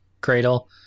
cradle